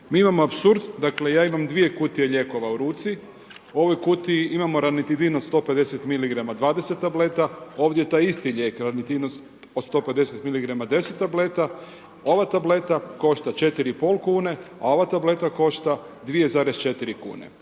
Mi imamo apsurd, dakle ja imam dvije kutije lijekova u ruci, u ovoj kutiji imamo Ranitidin od 150 miligrama 20 tableta, ovdje taj isti lijek Ranitidin od 150 miligrama 10 tableta, ova tableta košta 4 i pol kune, a ova tableta košta 2,4 kune.